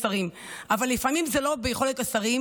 כשזה ביכולת השרים,